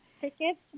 Tickets